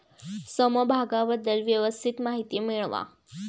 समभागाबद्दल व्यवस्थित माहिती मिळवा